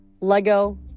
Lego